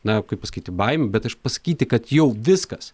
na kaip pasakyti baimių bet aš pasakyti kad jau viskas